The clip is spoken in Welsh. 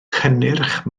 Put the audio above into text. cynnyrch